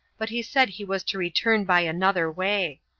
but he said he was to return by another way.